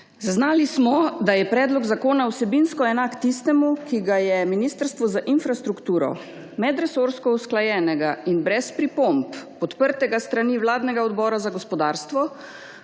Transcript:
Zaznali smo, da je predlog zakona vsebinsko enak tistemu, ki ga je Ministrstvo za infrastrukturo medresorsko usklajenega in brez pripomb, podprtega s strani vladnega odbora za gospodarstvo,